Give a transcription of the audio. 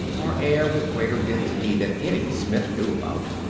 or air with greater density than any smith knew about.